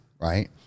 right